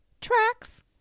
Tracks